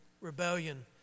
rebellion